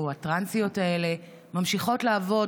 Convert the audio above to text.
או הטרנסיות האלה ממשיכות לעבוד,